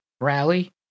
rally